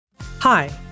Hi